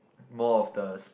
more of the